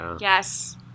Yes